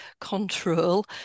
control